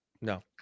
No